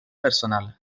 personal